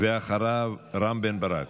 ואחריו, רם בן ברק.